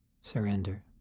surrender